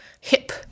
HIP